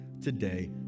today